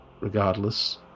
Regardless